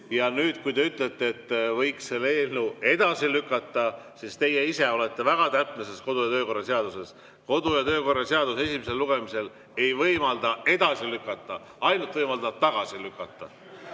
Ja nüüd, kui te ütlete, et võiks selle eelnõu edasi lükata – teie ise olete väga täpne selles kodu- ja töökorra seaduses –, aga kodu- ja töökorra seadus esimesel lugemisel ei võimalda eelnõu edasi lükata, võimaldab ainult tagasi lükata.